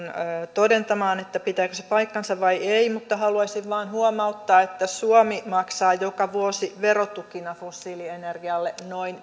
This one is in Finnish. todentamaan että pitääkö se paikkansa vai ei mutta haluaisin vain huomauttaa että suomi maksaa joka vuosi verotukina fossiilienergialle noin